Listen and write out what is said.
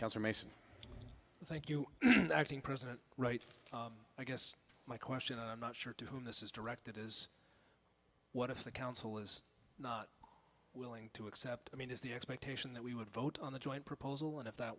confirmation thank you acting president right i guess my question and i'm not sure to whom this is directed is what if the council is not willing to accept i mean is the expectation that we would vote on the joint proposal and if that